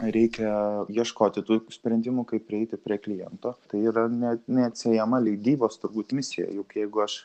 reikia ieškoti tų sprendimų kaip prieiti prie kliento tai yra ne neatsiejama leidybos turbūt misija juk jeigu aš